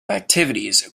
activities